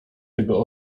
tego